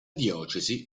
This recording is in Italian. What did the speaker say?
diocesi